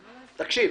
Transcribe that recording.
תקשיב,